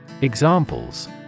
Examples